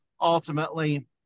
ultimately